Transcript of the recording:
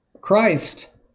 Christ